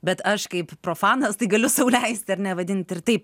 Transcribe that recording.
bet aš kaip profanas tai galiu sau leisti ar ne vadinti ir taip